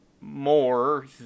more